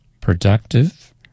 productive